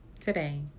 today